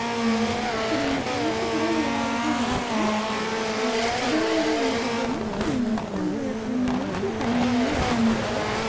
இப்போ நம்ம ஃப்ரெண்ட்ஸ்ஸு கூட விளையாடுறது வேறு அதே மாதிரி வந்து பார்த்தீங்கன்னா நம்ம நம்ம வாக்கில் தனிமையாக உக்காந்துக்கிட்டு